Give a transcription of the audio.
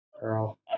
Girl